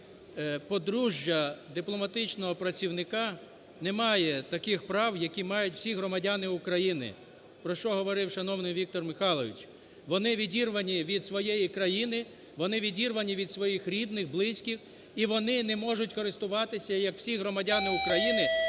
що подружжя дипломатичного працівника не має таких прав, які мають всі громадяни України, про що говорив шановний Віктор Михайлович. Вони відірвані від своєї країни, вони відірвані від своїх рідних, близьких і вони не можуть користуватися, як всі громадяни України,